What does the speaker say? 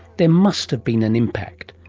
there must have been an impact,